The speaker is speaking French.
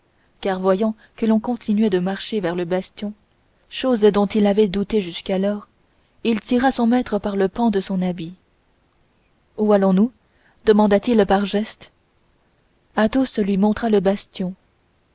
car voyant que l'on continuait de marcher vers le bastion chose dont il avait douté jusqu'alors il tira son maître par le pan de son habit où allons-nous demanda-t-il par geste athos lui montra le bastion